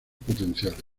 potenciales